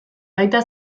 baita